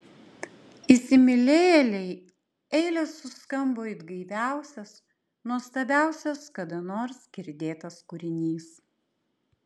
įsimylėjėlei eilės suskambo it gaiviausias nuostabiausias kada nors girdėtas kūrinys